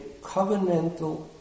covenantal